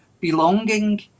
belonging